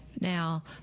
now